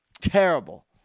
terrible